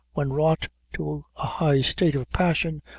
when wrought to a high state of passion,